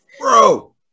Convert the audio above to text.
Bro